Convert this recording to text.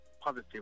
positive